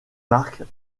marque